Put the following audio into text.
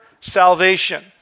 salvation